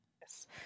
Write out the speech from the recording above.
Yes